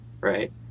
right